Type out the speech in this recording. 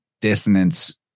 dissonance